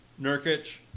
Nurkic